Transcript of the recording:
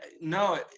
no